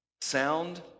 Sound